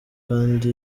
kandi